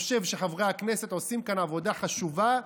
חושב שחברי הכנסת עושים כאן עבודה חשובה,